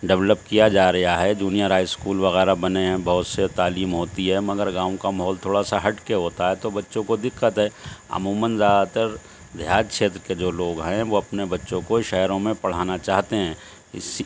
develop کیا جا ریا ہے جونیئر ہائی اسکول وغیرہ بنے ہیں بہت سے تعلیم ہوتی ہے مگر گاؤں کا ماحول تھوڑا سا ہٹ کے ہوتا ہے تو بچوں کو دقت ہے عموماً زیادہ تر دیہات چھیتر کے جو لوگ ہیں وہ اپنے بچوں کو شہروں میں پڑھانا چاہتے ہیں اسی